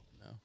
No